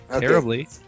terribly